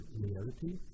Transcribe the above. reality